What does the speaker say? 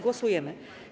Głosujemy.